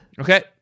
Okay